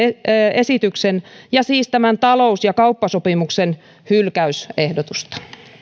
esityksen ja siis tämän talous ja kauppasopimuksen hylkäysehdotusta